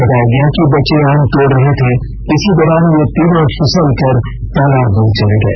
बताया गया कि बच्चे आम तोड़ रहे थे इसी दौरान ये तीनों फिसल कर तालाब में चले गए